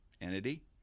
entity